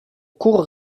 court